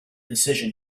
decision